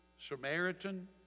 Samaritan